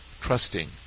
trusting